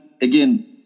again